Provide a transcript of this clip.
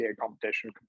competition